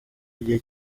igihe